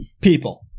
People